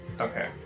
Okay